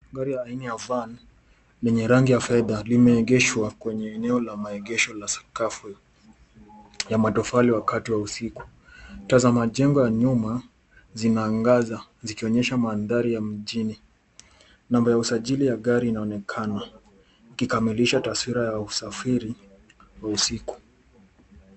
Gari ya aina ya van lenye rangi ya fedha limeegeshwa kwenye eneo la maegesho la sakafu ya matofali wakati wa usiku. Tazama majengo ya nyuma zinaangaza zikionyesha mandhari ya mjini. Namba ya usajili ya gari inaonekana ikikamilisha taswira ya usafiri wa usiku.